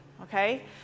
okay